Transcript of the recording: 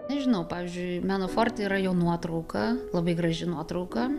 nežinau pavyzdžiui meno forte yra jo nuotrauka labai graži nuotrauka